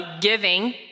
giving